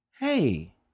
hey